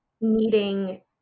needing